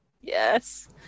Yes